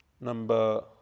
Number